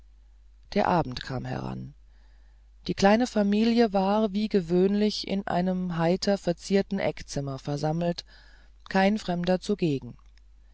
der abend kam heran die kleine familie war wie gewöhnlich in einem heiter verzierten eckzimmer versammelt kein fremder zugegen